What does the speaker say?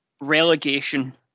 relegation